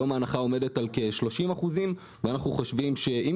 היום ההנחה עומדת על כ-30% ואנחנו חושבים שאם